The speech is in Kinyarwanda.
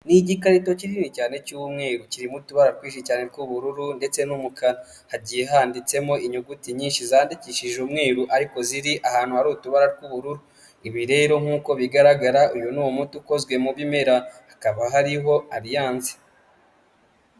Ni igikarito kinini cyane cy'umweru kirimo utubara twinshi cyane tw'ubururu ndetse n'umukara, hagiye handitsemo inyuguti nyinshi zandikishije umweru ariko ziri ahantu hari utubara tw'ubururu ibi rero nk'uko bigaragara uyu ni umuti ukozwe mu bimera hakaba hariho aliyanse.